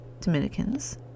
dominicans